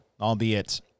albeit